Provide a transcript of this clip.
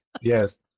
yes